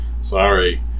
Sorry